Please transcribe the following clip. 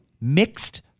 mixed